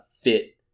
fit